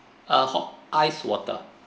uh hot ice water